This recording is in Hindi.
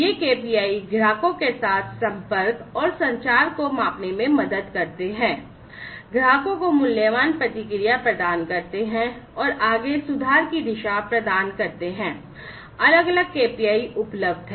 ये KPI ग्राहकों के साथ संपर्क और संचार को मापने में मदद करते हैं ग्राहकों को मूल्यवान प्रतिक्रिया प्रदान करते हैं और आगे सुधार की दिशा प्रदान करते हैं अलग अलग KPI उपलब्ध हैं